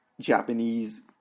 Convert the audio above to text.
Japanese